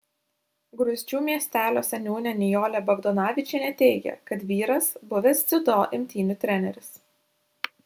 gruzdžių miestelio seniūnė nijolė bagdonavičienė teigė kad vyras buvęs dziudo imtynių treneris